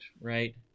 right